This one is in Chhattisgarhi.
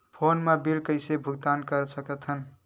फोन मा बिल कइसे भुक्तान साकत हन?